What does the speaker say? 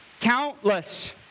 Countless